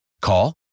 Call